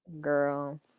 Girl